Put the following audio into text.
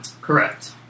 Correct